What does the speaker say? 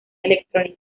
electrónica